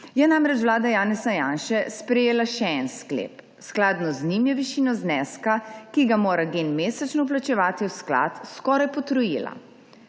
je namreč vlada Janeza Janše sprejela še en sklep. Skladno z njim je višino zneska, ki ga mora Gen mesečno plačevati v sklad, skoraj potrojila.